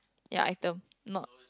ya item not